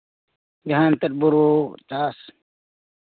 ᱡᱟᱦᱟᱸ ᱮᱱᱛᱮᱫ ᱵᱚᱨᱳ ᱪᱟᱥ